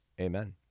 Amen